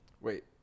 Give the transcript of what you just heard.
wait